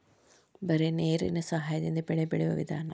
ಬರೇ ನೇರೇನ ಸಹಾದಿಂದ ಬೆಳೆ ಬೆಳಿಯು ವಿಧಾನಾ